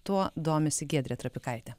tuo domisi giedrė trapikaitė